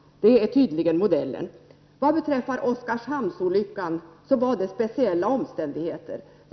Det är tydligen modellen! Vad beträffar Oskarshamnsolyckan var det i det fallet fråga om speciella omständigheter.